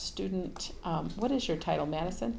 student what is your title madison